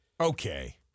Okay